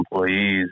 employees